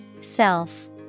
Self